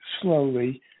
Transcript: slowly